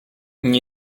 nie